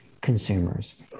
consumers